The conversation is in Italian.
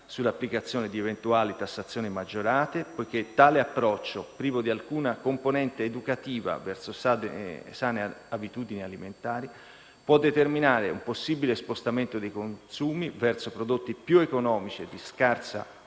sull'applicazione di eventuali tassazioni maggiorate, poiché tale approccio, privo di alcuna componente educativa verso sane abitudini alimentari, può determinare un possibile spostamento dei consumi verso prodotti più economici e di scarsa qualità